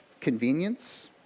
convenience